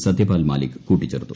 സത്യപാൽ മാലിക് കൂട്ടിച്ചേർത്തു